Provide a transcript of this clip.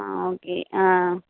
ஆ okay ஆ